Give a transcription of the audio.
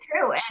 true